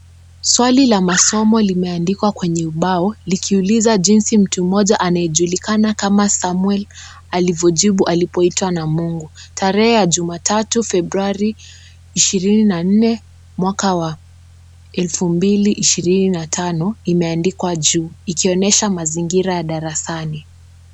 Swali la masomo limeandikwa kwenye ubao likiuliza jinsi mtu mmoja anayejulikana kama Samuel alivyojibu alipoitwa na Mungu. Tarehe ya jumatatu Februari ishirini na nne mwaka wa elfu mbili ishirini na tano imeandikwa juu ikionesha mazingira ya darasani.